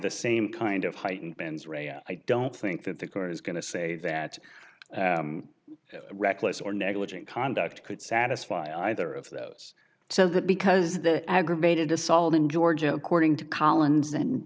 the same kind of heightened bans re i don't think that the court is going to say that reckless or negligent conduct could satisfy either of those so that because the aggravated assault in georgia according to collins and